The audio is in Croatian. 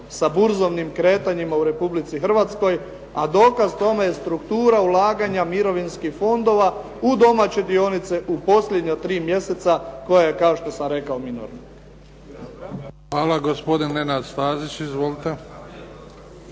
sa burzovnim kretanjima u Republici Hrvatskoj, a dokaz tome je struktura ulaganja mirovinskih fondova u domaće dionice u posljednja tri mjeseca koja je kao što sam rekao minorna. **Bebić, Luka (HDZ)** Hvala. Gospodin Nenad Stazić. Izvolite.